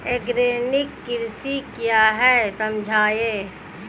Organic कृषि क्या है समझाइए?